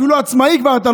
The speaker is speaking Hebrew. אפילו עצמאי אתה כבר לא.